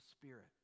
spirit